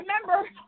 remember